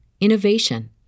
innovation